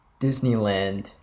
disneyland